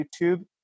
YouTube